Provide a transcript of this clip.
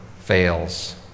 fails